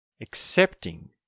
accepting